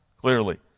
clearly